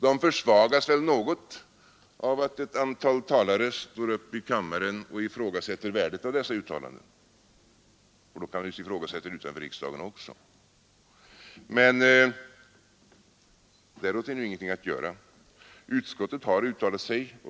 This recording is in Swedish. De försvagas väl något av att ett antal talare står upp i kammaren och ifrågasätter värdet av dessa uttalanden. De kan ifrågasättas också utanför riksdagen. Däråt är ingenting att göra. Utskottet har uttalat sig.